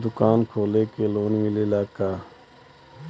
दुकान खोले के लोन मिलेला का?